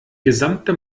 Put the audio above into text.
gesamte